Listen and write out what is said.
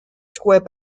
square